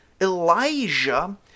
Elijah